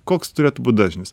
koks turėtų būt dažnis